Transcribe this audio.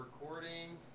recording